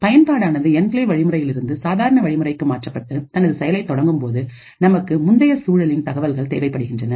பயன்பாடானது enclave வழிமுறையில் இருந்தது சாதாரண வழிமுறைக்கு மாற்றப்பட்டு தனது செயலை தொடங்கும் போது நமக்கு முந்தைய சூழலின் தகவல்கள் தேவைப்படுகின்றன